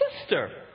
sister